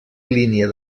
línia